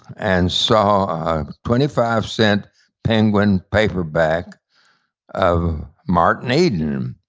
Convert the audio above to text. and saw a twenty five cent penguin paperback of martin eden.